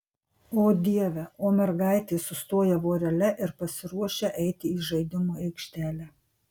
o dieve o mergaitės sustoja vorele ir pasiruošia eiti į žaidimų aikštelę